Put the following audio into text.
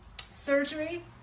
surgery